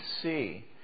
see